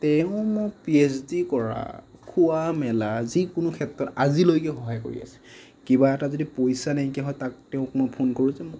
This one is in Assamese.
তেওঁ মোক পি এইচ ডি কৰা খোৱা মেলা যিকোনো ক্ষেত্ৰত আজিলৈকে সহায় কৰি আছে কিবা এটা যদি পইচা নাইকিয়া হয় তাক তেওঁক মই ফোন কৰোঁ যে মোক